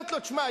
אמרתי לו: תשמע,